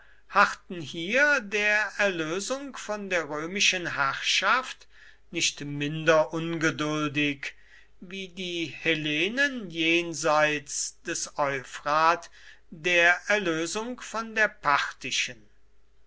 harrten hier der erlösung von der römischen herrschaft nicht minder ungeduldig wie die hellenen jenseits des euphrat der erlösung von der